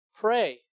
pray